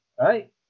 right